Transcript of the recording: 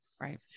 right